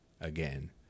again